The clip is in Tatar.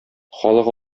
халык